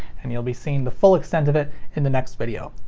and you'll be seeing the full extent of it in the next video.